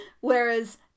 whereas